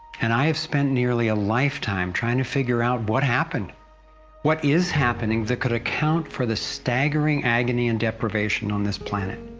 and i have spent nearly a lifetime trying to figure out what happened what is happening that could account for the staggering agony and deprivation on this planet?